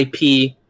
IP